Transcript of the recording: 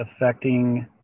affecting